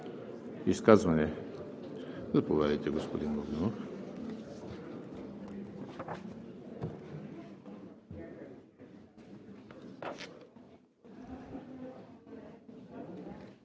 изказвания? Заповядайте, господин Богданов.